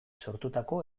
sortutako